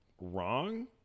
wrong